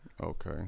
Okay